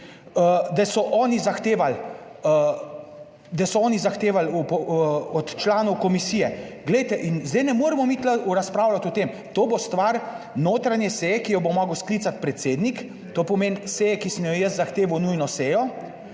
da so oni zahtevali od članov komisije. Glejte in zdaj ne moremo mi tu razpravljati o tem, to bo stvar notranje seje, ki jo bo moral sklicati predsednik, to pomeni seje, ki sem jo jaz zahteval, nujno sejo,